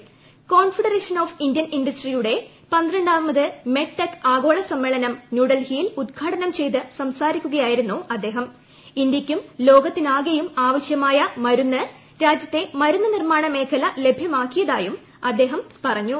confederation of Indian ഇൻഡസ്ട്രിയുടെ പന്ത്രണ്ടാമത് ് മെഡ് ടെക് ആഗോള സമ്മേളനം ന്യൂഡൽഹിയിൽഹ് ഉദ്ഘാടനം ചെയ്ത് സംസാരിക്കുകയായിരുന്നു ഇന്ത്യക്കും ലോകത്തിനാകെയും ആവശ്യമായ മരുന്ന് രാജ്യത്തെ മരുന്ന് നിർമ്മാണ മേഖല ലഭ്യമാക്കിയ്തായും അദ്ദേഹം പറഞ്ഞു